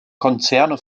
konzerne